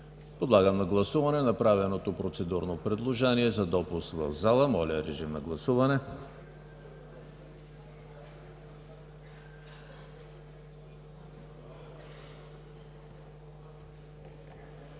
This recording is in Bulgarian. Подлагам на гласуване направеното процедурно предложение за допуск в залата. Гласували